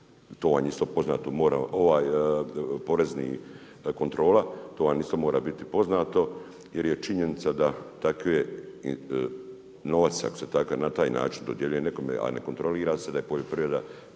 to vam isto mora biti poznato jer je činjenica da takve novac ako se na taj način dodjeljuje nekome, a ne kontrolira se da je poljoprivreda